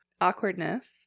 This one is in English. Awkwardness